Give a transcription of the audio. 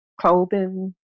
clothing